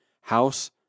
House